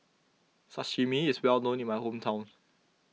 Sashimi is well known in my hometown